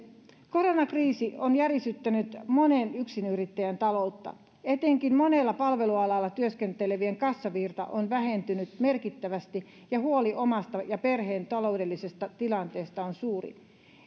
koronakriisi on järisyttänyt monen yksinyrittäjän taloutta etenkin monien palvelualalla työskentelevien kassavirta on vähentynyt merkittävästi ja huoli omasta ja perheen taloudellisesta tilanteesta on suuri